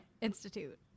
Institute